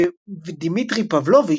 ודמיטרי פבלוביץ',